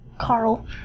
Carl